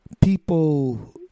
people